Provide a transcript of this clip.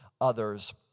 others